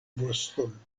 voston